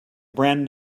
brand